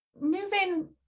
moving